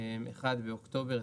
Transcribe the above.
1 באוקטובר,